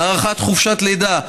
הארכת חופשת לידה,